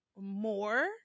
more